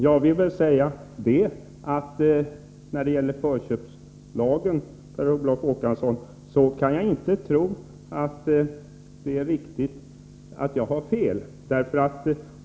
Jag kan inte tro att mitt resonemang beträffande förköpslagen är fel, Per Olof Håkansson.